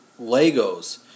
Legos